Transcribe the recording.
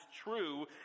true